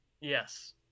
Yes